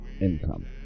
income